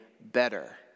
better